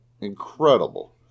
Incredible